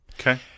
Okay